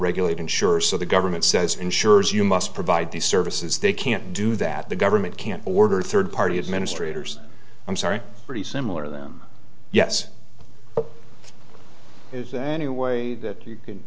regulate insurers so the government says insurers you must provide these services they can't do that the government can't order third party administrators i'm sorry pretty similar them yes is there any way that